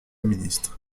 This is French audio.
ministre